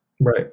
Right